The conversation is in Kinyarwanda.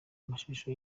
amashusho